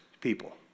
people